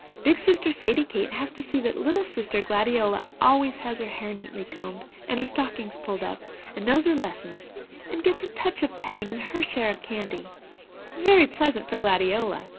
big sister sadie kate has to see that little sister gladiola always has her hair neatly combed and her stockings pulled up and knows her lessons and gets a touch of petting and her share of candy very pleasant for gladiola,